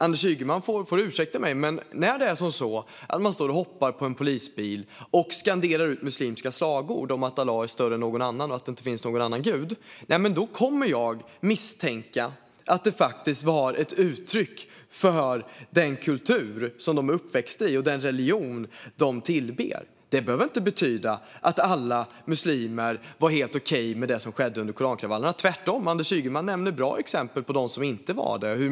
Anders Ygeman får ursäkta mig, men när någon står och hoppar på en polisbil och skanderar muslimska slagord om att Allah är större än någon annan och att det inte finns någon annan gud kommer jag att misstänka att det var ett uttryck för den kultur som de är uppväxta i och den religion de bekänner sig till. Det behöver inte betyda att alla muslimer var helt okej med det som skedde under korankravallerna, tvärtom. Anders Ygeman nämner bra exempel på personer som inte var det.